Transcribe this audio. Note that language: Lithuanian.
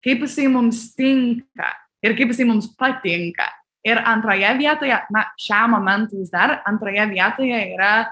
kaip jisai mums tinka ir kaip jisai mums patinka ir antroje vietoje na šiam momentui vis dar antroje vietoje yra